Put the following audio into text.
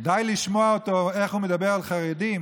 די לשמוע איך הוא מדבר על חרדים